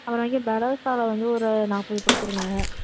அப்புறம் வந்து பலோஸாவில வந்து ஒரு நாற்பது கொடுத்துருங்க